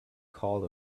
called